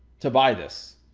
to buy this.